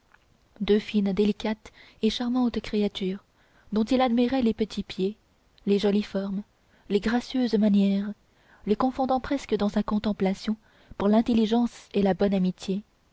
deux fines délicates et charmantes créatures dont il admirait les petits pieds les jolies formes les gracieuses manières les confondant presque dans sa contemplation pour l'intelligence et la bonne amitié